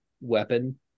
weapon